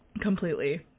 completely